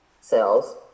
cells